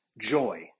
joy